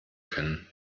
können